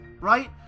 right